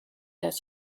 das